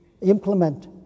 implement